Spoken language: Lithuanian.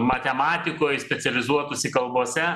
matematikoj specializuotųsi kalbose